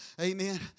Amen